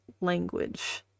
language